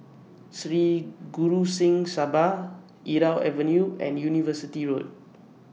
Sri Guru Singh Sabha Irau Avenue and University Road